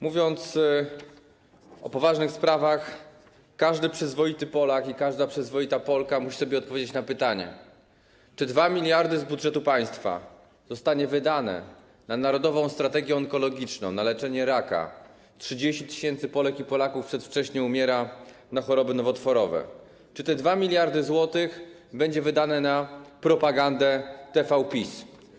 Mówiąc o poważnych sprawach, każdy przyzwoity Polak i każda przyzwoita Polka musi sobie odpowiedzieć na pytanie, czy 2 mld z budżetu państwa zostaną wydane na Narodową Strategię Onkologiczną, na leczenie raka - 30 tys. Polek i Polaków przedwcześnie umiera na choroby nowotworowe - czy te 2 mld zł będą wydane na propagandę TVPiS?